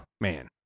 man